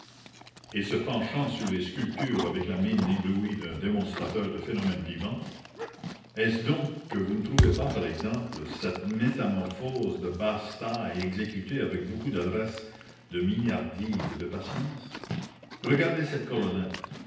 et se penchant sur les sculptures avec la mine éblouie d'un démonstrateur de phénomènes vivants est-ce donc que vous ne trouvez pas par exemple cette métamorphose de basse-taille exécutée avec beaucoup d'adresse de mignardise et de patience regardez cette colonnette